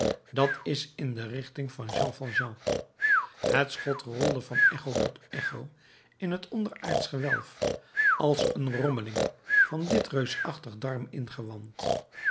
dat is in de richting van jean valjean het schot rolde van echo tot echo in het onderaardsch gewelf als een rommeling van dit reusachtig